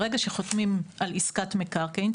ברגע שחותמים על עסקת מקרקעין,